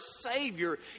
Savior